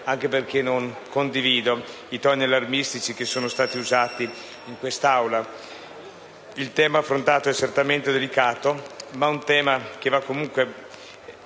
anche perché non condivido i toni allarmistici che sono stati usati in quest'Aula. Il tema affrontato è certamente delicato, ma va comunque